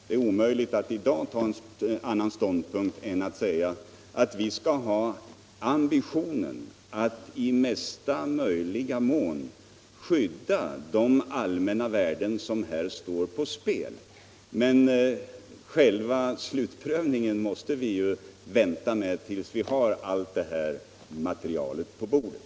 Det är omöjligt att i dag inta annan ståndpunkt än att säga att vi skall ha ambitionen att i mesta möjliga mån skydda de allmänna värden som här står på spel. Men själva slutprövningen måste vi ju vänta med tills vi har allt materialet på bordet.